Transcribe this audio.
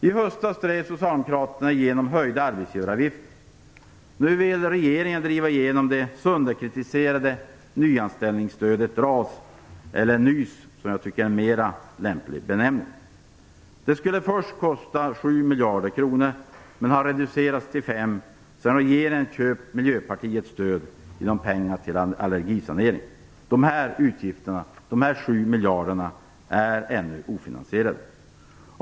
I höstas drev socialdemokraterna igenom höjda arbetsgivaravgifter. Nu vill regeringen driva igenom det sönderkritiserade nyanställningsstödet RAS eller NYS, som jag tycker är en mer lämplig benämning. Det skulle först kosta 7 miljarder kronor, men har reducerats till 5 sedan regeringen köpt Miljöpartiets stöd genom pengar till allergisanering. Dessa 7 miljarder är ännu ofinansierade.